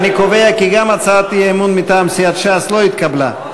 אני קובע כי גם הצעת האי-אמון מטעם סיעת ש"ס לא התקבלה.